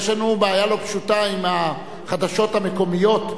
יש לנו בעיה לא פשוטה עם החדשות המקומיות,